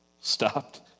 stopped